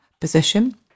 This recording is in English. position